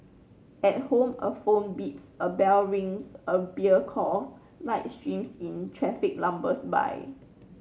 at home a phone beeps a bell rings a beer calls light streams in traffic lumbers by